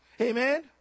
Amen